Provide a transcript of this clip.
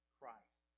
Christ